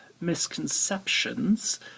misconceptions